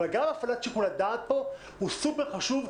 אבל גם הפעלת שיקול הדעת פה הוא סופר חשוב,